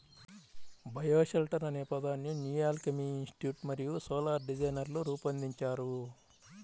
bioshelter అనే పదాన్ని New Alchemy Institute మరియు సోలార్ డిజైనర్లు రూపొందించారు